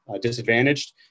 disadvantaged